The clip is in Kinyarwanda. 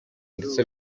ndetse